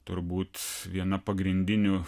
turbūt viena pagrindinių